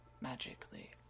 magically